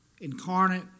incarnate